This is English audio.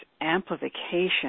amplification